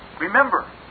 Remember